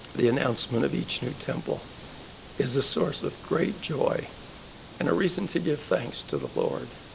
the announcement of each new temple is a source of great joy and a reason to give thanks to the lord.